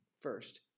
First